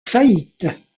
faillite